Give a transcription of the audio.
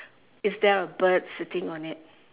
is there a bird sitting on it